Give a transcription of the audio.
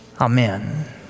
Amen